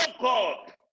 God